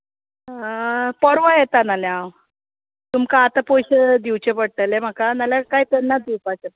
परवां येता ना जाल्यार हांव तुमकां आतां पयशे दिवचे पडटले म्हाका ना जाल्यार काय तेन्नाच दिवपाचे